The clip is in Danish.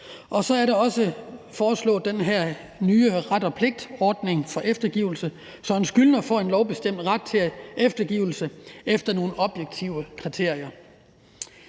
foreslås der også den her nye ret og pligt-ordning for eftergivelse, så en skyldner får en lovbestemt ret til eftergivelse efter nogle objektive kriterier.